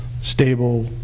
stable